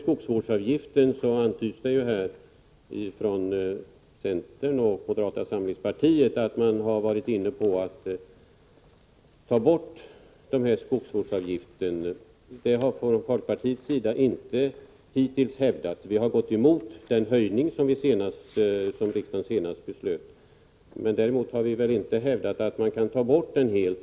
Från centern och moderata samlingspartiet antyder man att man varit inne på att ta bort skogsvårdsavgiften. Detta har vi från folkpartiets sida hittills inte hävdat. Vi gick emot den höjning av avgiften som riksdagen senast fattade beslut om, men vi har däremot inte hävdat att den helt skulle kunna tas bort.